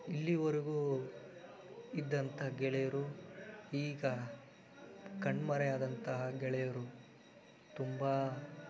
ಇಲ್ಲಿವರೆಗೂ ಇದ್ದಂಥ ಗೆಳೆಯರು ಈಗ ಕಣ್ಮರೆಯಾದಂತಹ ಗೆಳೆಯರು ತುಂಬ